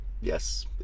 Yes